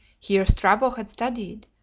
here strabo had studied,